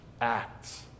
acts